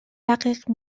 رقیق